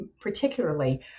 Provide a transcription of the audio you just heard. particularly